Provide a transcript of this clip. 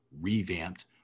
revamped